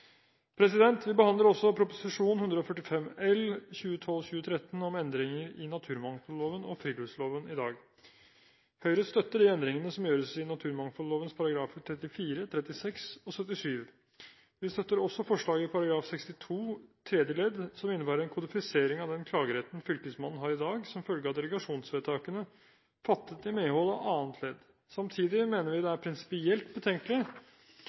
Vi behandler også Prop. 145 L for 2012–2013 om endringer i naturmangfoldloven og friluftsloven i dag. Høyre støtter de endringene som gjøres i naturmangfoldloven §§ 34, 36 og 77. Vi støtter også forslaget i § 62 tredje ledd, som innebærer en kodifisering av den klageretten fylkesmannen har i dag, som følge av delegasjonsvedtakene fattet i medhold av annet ledd. Samtidig mener vi det er prinsipielt betenkelig